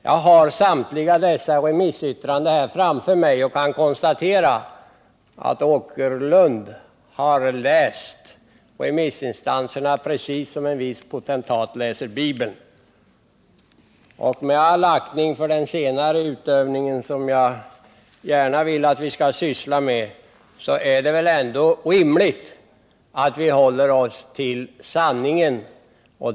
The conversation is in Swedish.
Jag har samtliga remissyttranden framför mig här, och jag kan konstatera att Allan Åkerlind har läst dessa precis som en viss potentat läser Bibeln. Med all aktning för den utövningen, som jag gärna ser att vi sysslar med, är det väl ändå rimligt att i det här sammanhanget hålla sig till sanningen.